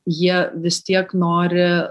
jie vis tiek nori